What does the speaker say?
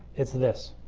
it's this.